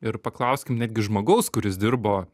ir paklauskim netgi žmogaus kuris dirbo